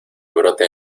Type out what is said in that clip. brote